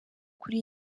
kuri